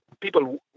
people